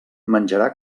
menjarà